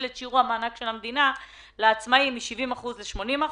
את שיעור המענק של המדינה לעצמאים מ-70% ל-80,